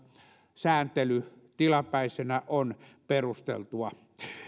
sääntely tilapäisenä on perusteltua